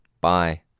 Bye